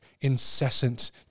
incessant